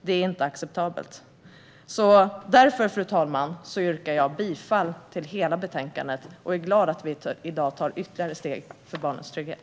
Det är inte acceptabelt. Därför, fru talman, yrkar jag bifall till utskottets förslag och är glad att vi i dag tar ytterligare steg för barns trygghet.